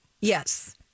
Yes